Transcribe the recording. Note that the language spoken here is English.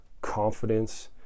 confidence